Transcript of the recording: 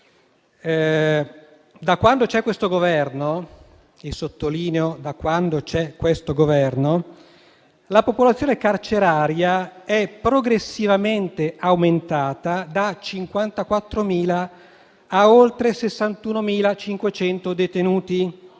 in questi ultimi due anni, la popolazione carceraria è progressivamente aumentata da 54.000 a oltre 61.500 detenuti,